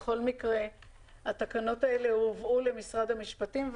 בכל מקרה התקנות האלה הובאו למשרד המשפטים,